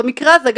במקרה הזה,